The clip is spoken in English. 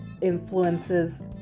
influences